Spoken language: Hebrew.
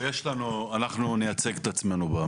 אנחנו נייצג את עצמנו.